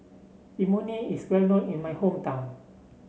Imoni is well known in my hometown